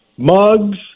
mugs